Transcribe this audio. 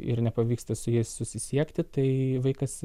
ir nepavyksta su jais susisiekti tai vaikas